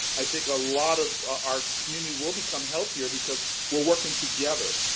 i think a lot of our community will become healthier because we're working together.